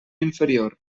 inferior